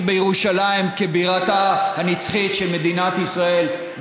בירושלים כבירתה הנצחית של מדינת ישראל,